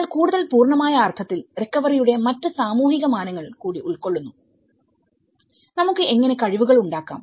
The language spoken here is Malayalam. എന്നാൽ കൂടുതൽ പൂർണ്ണമായ അർത്ഥത്തിൽ റിക്കവറിയുടെ മറ്റ് സാമൂഹിക മാനങ്ങൾ കൂടി ഉൾക്കൊള്ളുന്നു നമുക്ക് എങ്ങനെ കഴിവുകൾ ഉണ്ടാക്കാം